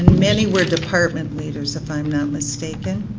many were department leaders if i'm not mistaken.